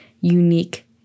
unique